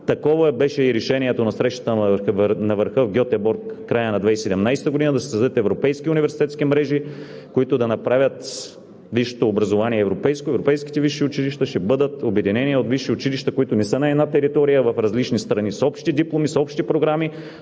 Такова беше и решението на Срещата на върха в Гьотеборг в края на 2017 г. – да се създадат европейски университетски мрежи, които да направят висшето образование европейско. Европейските висши училища ще бъдат обединени от висши училища, които не са на една територия, а в различни страни, с общи дипломи, с общи програми.